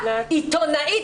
עיתונאית.